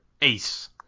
Ace